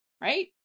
Right